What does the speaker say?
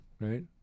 right